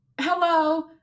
hello